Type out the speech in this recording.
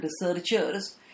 researchers